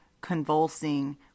convulsing